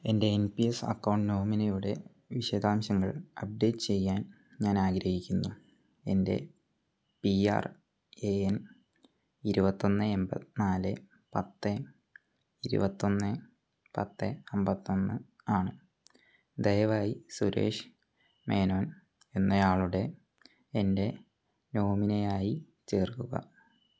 എൻ്റെ N P S account നോമിനിയുടെ വിശദാംശങ്ങൾ അപ്ഡേറ്റ് ചെയ്യാൻ ഞാൻ ആഗ്രഹിക്കുന്നു എൻ്റെ പി ആർ എ എൻ ഇരുപത്തി ഒന്ന് എൺപത്തി നാല് പത്ത് ഇരുപത്തി ഒന്ന് പത്ത് അമ്പത്തി ഒന്ന് ആണ് ദയവായി സുരേഷ് മേനോൻ എന്നയാളുടെ എൻ്റെ നോമിനിയായി ചേർക്കുക